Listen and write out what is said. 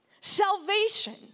Salvation